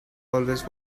always